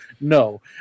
No